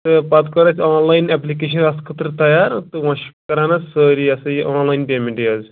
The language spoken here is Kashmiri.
تہٕ پَتہٕ کٔر اَسہِ آن لاین ایٚپلِکیشَن اَتھ خٲطرٕ تَیار تہٕ وۄنۍ چھُ کران اَسہِ سٲری یہِ ہَسا یہِ آن لاین پیمٮ۪نٛٹٕے حظ